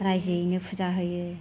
रायजोयैनो फुजा होयो